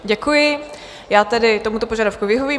Děkuji, já tedy tomuto požadavku vyhovím.